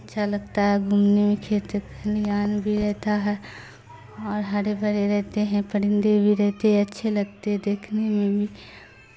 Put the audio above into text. اچھا لگتا ہے گھومنے میں کھیتے نان بھی رہتا ہے اور ہرے بڑے رہتے ہیں پرندے بھی رہتے ہیں اچھے لگتے دیکھنے میں بھی